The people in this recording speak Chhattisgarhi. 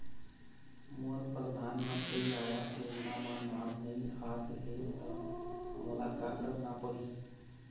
मोर परधानमंतरी आवास योजना म नाम नई आत हे त मोला का करना पड़ही?